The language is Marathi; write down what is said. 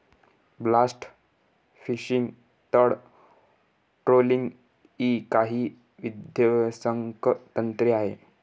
ब्लास्ट फिशिंग, तळ ट्रोलिंग इ काही विध्वंसक तंत्रे आहेत